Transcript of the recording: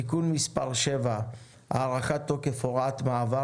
(תיקון מס' 7) (הארכת תוקף הוראת מעבר),